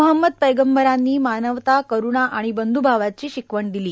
महंमद पैगंबरांनी मानवता करूणा आणि बंध्भावाची शिकवण दिली